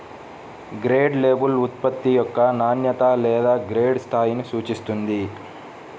grade label ఉత్పత్తి యొక్క నాణ్యత లేదా గ్రేడ్ స్థాయిని సూచిస్తుంది